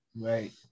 Right